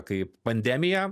kai pandemija